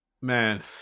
Man